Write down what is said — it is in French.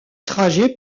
trajet